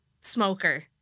smoker